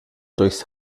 durchs